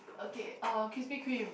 okay uh Krispy Kreme